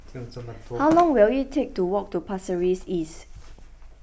how long will it take to walk to Pasir Ris East